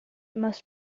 must